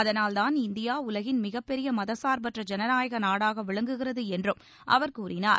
அதனால்தான் இந்தியா உலகின் மிகப்பெரிய மதச்சார்பற்ற ஜனநாயக நாடாக விளங்குகிறது என்றும் அவர் கூறினார்